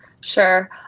Sure